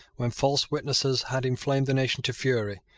when false witnesses had inflamed the nation to fury,